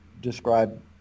describe